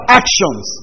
actions